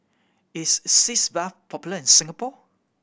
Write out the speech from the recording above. is Sitz Bath popular in Singapore